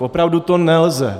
Opravdu to nelze.